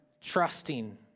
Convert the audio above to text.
trusting